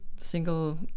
single